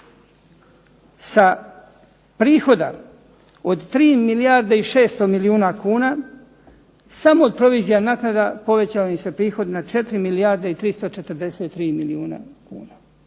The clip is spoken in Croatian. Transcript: Sa prihoda od 3 milijarde i 600 milijuna kuna samo od provizija naknada povećao im se prihod na 4 milijarde i 343 milijuna kuna.